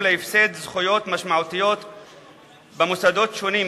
להפסד זכויות משמעותיות במוסדות שונים,